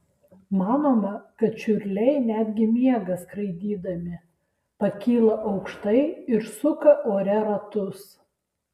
manoma kad čiurliai netgi miega skraidydami pakyla aukštai ir suka ore ratus